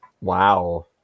Wow